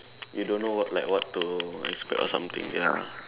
you don't know what like what to expect or something ya